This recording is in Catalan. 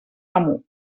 amo